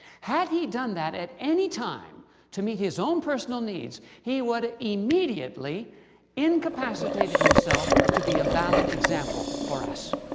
had he done that at any time to meet his own personal needs, he would have immediately incapacitated himself to be a valid example for us.